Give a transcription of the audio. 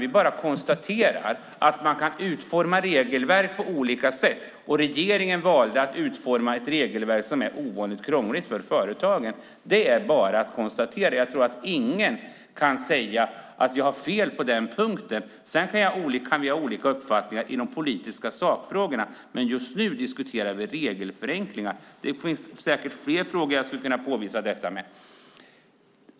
Vi bara konstaterar att man kan utforma regelverk på olika sätt. Regeringen valde att utforma ett regelverk som är ovanligt krångligt för företagen. Det är bara att konstatera. Jag tror inte att någon kan säga att jag har fel på den punkten. Vi kan ha olika uppfattning i de politiska sakfrågorna, men just nu diskuterar vi regelförenklingar. Det finns säkert fler frågor där jag skulle kunna påvisa det.